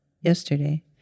yesterday